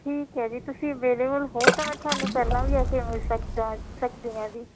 ਠੀਕ ਹੈ ਜੀ ਤੁਸੀਂ ਅਵੇਲੇਵਲ ਹੋ ਤਾਂ ਮੈਂ ਤੁਹਾਨੂੰ ਪਹਿਲਾਂ ਵੀ ਆ ਕੇ ਮਿਲ ਸਕਦਾ ਸਕਦੀ ਹਾਂ ਜੀ